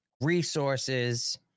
resources